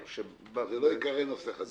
זה לא ייקרא נושא חדש.